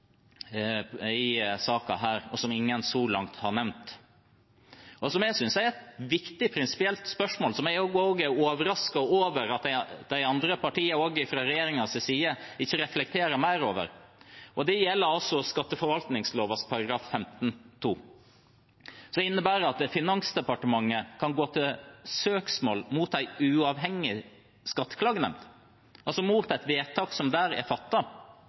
som ingen så langt har nevnt, som jeg synes er et viktig prinsipielt spørsmål, og som jeg er overrasket over at de andre partiene, også fra regjeringens side, ikke reflekterer mer over. Det gjelder skatteforvaltningsloven § 15-2, som innebærer at Finansdepartementet kan gå til søksmål mot en uavhengig skatteklagenemnd, altså mot et vedtak som der er